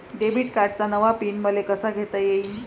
Debit कार्डचा नवा PIN मले कसा घेता येईन?